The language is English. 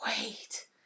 wait